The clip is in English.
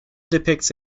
depicts